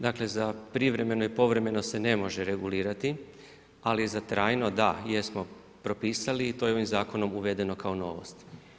Dakle za privremeno i povremeno se ne može regulirati ali za trajno da, jesmo propisali i to je ovim zakonom uvedeno kao novost.